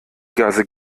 gase